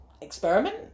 experiment